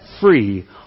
free